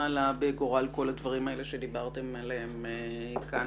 עלה בגורל כל הדברים שדיברתם עליהם כאן.